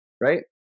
Right